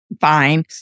fine